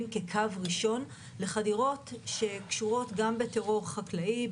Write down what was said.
כקו ראשון לחדירות שקשורות גם לטרור חקלאי,